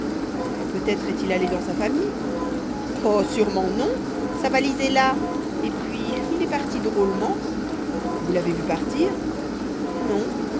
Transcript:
peut-être est-il allé dans sa famille oh sûrement non sa valise est là et puis il est parti drôlement vous l'avez vu partir non